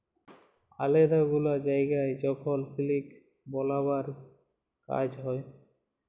আলেদা গুলা জায়গায় যখল সিলিক বালাবার কাজ হ্যয়